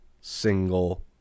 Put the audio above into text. single